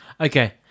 Okay